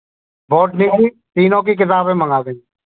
बँटनी की तीनों की किताबें मँगा देंगे